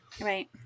right